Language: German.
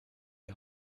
die